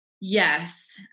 Yes